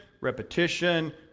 repetition